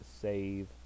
save